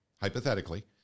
hypothetically